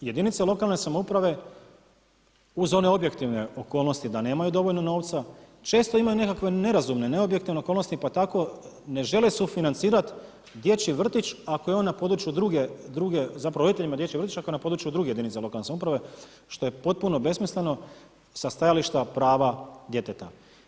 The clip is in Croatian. Jedinice lokalne samouprave uz one objektivne okolnosti da nemaju dovoljno novca, često imaju nekakve nerazumne, neobjektivne okolnosti pa tako ne žele sufinancirati dječji vrtić ako je on na području druge, zapravo roditeljima dječjeg vrtića, ako je na području jedinice lokalne samouprave što je potpuno besmisleno sa stajališta prava djeteta.